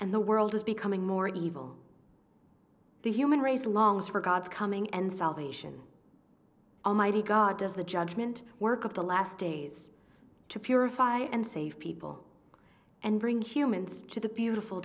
and the world is becoming more evil the human race longs for god coming and salvation almighty god as the judgement work of the last days to purify and save people and bring humans to the beautiful